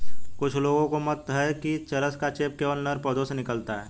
कुछ लोगों का मत है कि चरस का चेप केवल नर पौधों से निकलता है